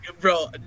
Bro